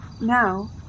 now